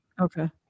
Okay